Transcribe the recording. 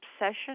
obsession